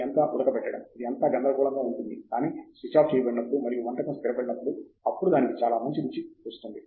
ఇది అంతా ఉడకబెట్టడం ఇది అంతా గందరగోళంగా ఉంటుంది కానీ స్విచ్ ఆఫ్ చేయబడినప్పుడు మరియు వంటకం స్థిరపడినప్పుడు అప్పుడు దానికి చాలా మంచి రుచికి వస్తుంది